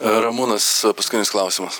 ramūnas paskutinis klausimas